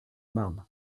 marne